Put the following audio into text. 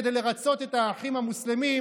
כדי לרצות את האחים המוסלמים,